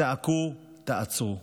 צעקו: תעצרו.